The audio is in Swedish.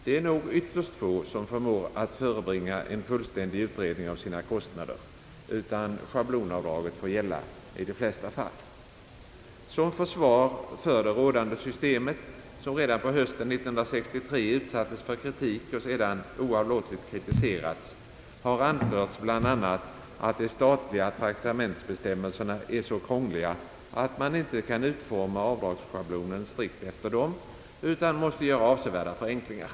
Det är nog ytterst få som förmår att förebringa en fullständig utredning om sina kostnader, utan schablonavdragen får i de fiesta fall gälla. Som försvar för det rådande systemet, vilket redan på hösten 1963 utsattes för kritik och sedan oavlåtligt kritiserats, har anförts bl.a. att de statliga traktamentsbestämmelserna är så krång liga att man inte kan utforma avdragsschablonen strikt efter dessa utan måste göra avsevärda förenklingar.